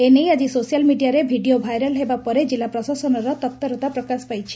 ଏନେଇ ଆକି ସୋସିଆଲ୍ ମିଡିଆରେ ଭିଡ଼ିଓ ଭାଇରାଲ୍ ହେବା ପରେ କିଲ୍ଲା ପ୍ରଶାସନର ତପ୍ରତା ପ୍ରକାଶ ପାଇଛି